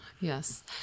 Yes